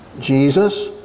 Jesus